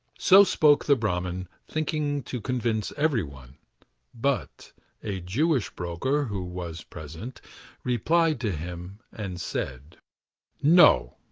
so spoke the brahmin, thinking to convince every one but a jewish broker who was present replied to him, and said no!